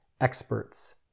experts